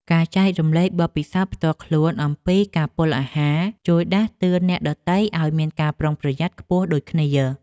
ការចែករំលែកបទពិសោធន៍ផ្ទាល់ខ្លួនអំពីការពុលអាហារ ជួយដាស់តឿនអ្នកដទៃឱ្យមានការប្រុងប្រយ័ត្នខ្ពស់ដូចគ្នា។